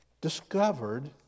discovered